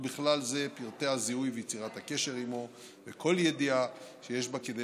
ובכלל זה את פרטי הזיהוי ויצירת הקשר עימו וכל ידיעה שיש בה כדי